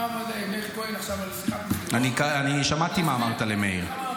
פעם אחת מאיר כהן --- על שיחת מסדרון --- שמעתי מה אמרת למאיר.